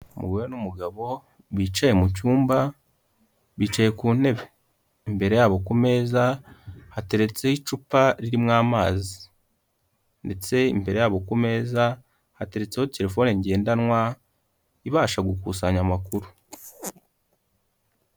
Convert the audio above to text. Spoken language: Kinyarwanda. Umugore n'umugabo bicaye mu cyumba bicaye ku ntebe, imbere yabo ku meza hateretseho icupa ririmo amazi ndetse imbere yabo ku meza hateretseho terefone ngendanwa ibasha gukusanya amakuru.